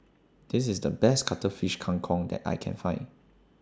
This IS The Best Cuttlefish Kang Kong that I Can Find